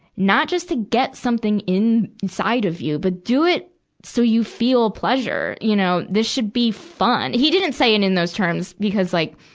not just get something inside of you. but do it so you feel pleasure. you know, this should be fun. he didn't say it in those terms, because like,